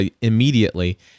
immediately